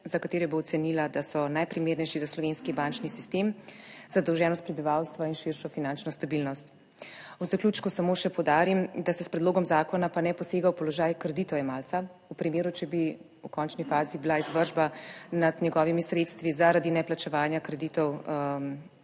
za katere bo ocenila, da so najprimernejši za slovenski bančni sistem, zadolženost prebivalstva in širšo finančno stabilnost. V zaključku samo še poudarim, da se s predlogom zakona pa ne posega v položaj kreditojemalca v primeru, če bi v končni fazi bila izvršba nad njegovimi sredstvi zaradi neplačevanja kreditov